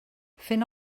fent